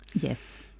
Yes